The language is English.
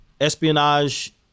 espionage